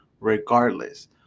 regardless